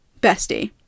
bestie